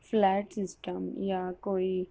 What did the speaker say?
flat system یا کوئی